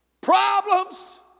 Problems